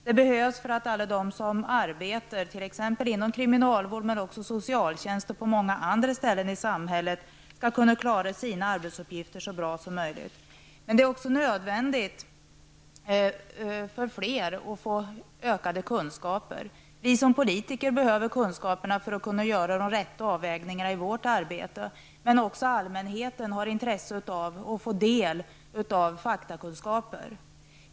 Det behövs för att alla de som t.ex. arbetar inom kriminalvården och socialtjänsten skall kunna klara sina arbetsuppgifter så bra som möjligt. Det är också nödvändigt att flera får ökade kunskaper. Vi som politiker behöver kunskaper för att kunna göra de rätta avvägningarna i vårt arbete. Även allmänheten har intresse av att få del av faktakunskaper.